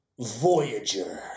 Voyager